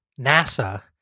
NASA